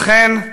אכן,